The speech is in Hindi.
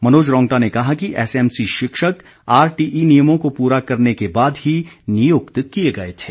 मनोज रौंगटा ने कहा कि एसएमसी शिक्षक आरटीई नियमों को पूरा करने के बाद ही नियुक्त किए गए थे